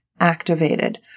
activated